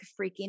freaking